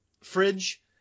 Fridge